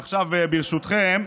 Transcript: ועכשיו, ברשותכם,